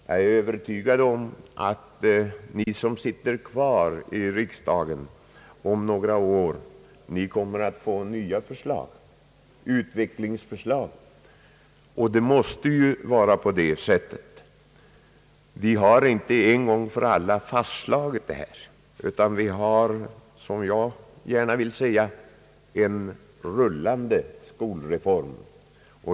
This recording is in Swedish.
Jag är övertygad om att ni som sitter kvar i riksdagen om några år kommer att få nya utvecklingsförslag, och det måste ju vara på det sättet. Vi har inte en gång för alla fastslagit denna skolreform utan har, som jag gärna vill uttrycka det, en rullande skolreform.